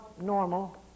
normal